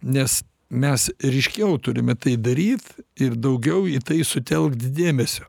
nes mes ryškiau turime tai daryt ir daugiau į tai sutelkt dėmesio